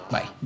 Bye